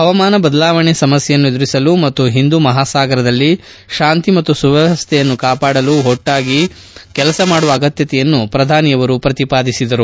ಪವಾಮಾನ ಬದಲಾವಣೆ ಸಮಸ್ನೆಯನ್ನು ಎದುರಿಸಲು ಮತ್ತು ಒಂದೂ ಮಹಾಸಾಗರದಲ್ಲಿ ತಾಂತಿ ಮತ್ತು ಸುವ್ನವಶ್ವಯನ್ನು ಕಾಪಾಡಲು ಒಟ್ಟಾಗಿ ಕೆಲಸ ಮಾಡುವ ಅಗತ್ಯತೆಯನ್ನು ಅವರು ಪ್ರತಿಪಾದಿಸಿದರು